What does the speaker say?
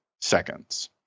seconds